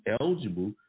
eligible